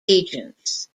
agents